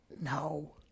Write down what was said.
No